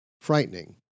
frightening